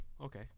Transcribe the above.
okay